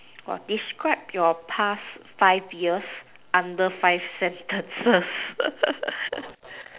describe your past five years under five sentences